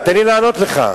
תן לי לענות לך.